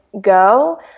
go